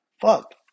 fuck